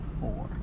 four